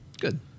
Good